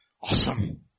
Awesome